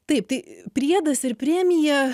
taip tai priedas ir premija